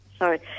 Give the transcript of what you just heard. sorry